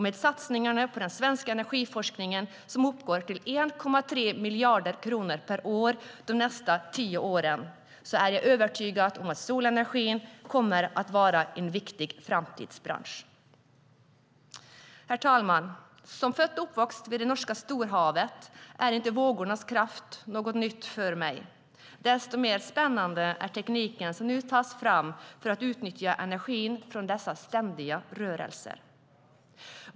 Med satsningarna på den svenska energiforskningen, som uppgår till 1,3 miljarder kronor per år de kommande tio åren, är jag övertygad om att solenergin kommer att vara en viktig framtidsbransch. Herr talman! Som född och uppvuxen vid det norska storhavet är inte vågornas kraft något nytt för mig. Desto mer spännande är den teknik som nu tas fram för att utnyttja energin från dessa ständiga rörelser.